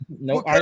No